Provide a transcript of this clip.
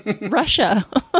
Russia